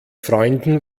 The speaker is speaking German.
freunden